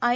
I